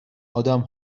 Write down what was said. آدم